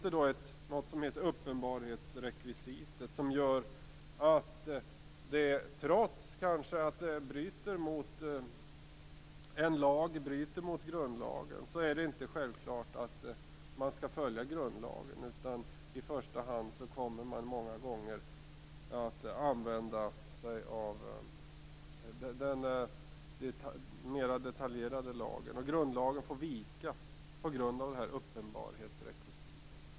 Det finns något som heter uppenbarhetsrekvisitet. Trots att en lag strider mot grundlagen är det inte självklart att man skall följa grundlagen. Många gånger kommer man att använda sig av den mer detaljerade lagen. Grundlagen får vika på grund av uppenbarhetsrekvisitet.